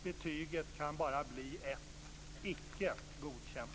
Betyget kan bara bli ett: Icke godkänt.